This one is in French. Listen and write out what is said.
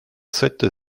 sept